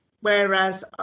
whereas